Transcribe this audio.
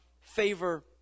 favor